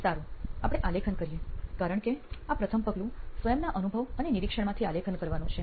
સારું આપણે આલેખન કરીએ કારણ કે આ પ્રથમ પગલું સ્વયંના અનુભવ અને નિરીક્ષણમાંથી આલેખન કરવાનું છે